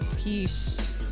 Peace